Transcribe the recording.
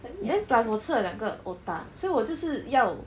then plus 我吃了两个 otah 所以我就是要